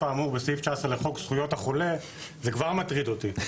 האמור בסעיף 19 לחוק זכויות החולה" זה כבר מטריד אותי.